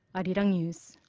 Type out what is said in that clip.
arirang news